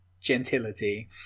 gentility